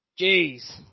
Jeez